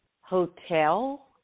Hotel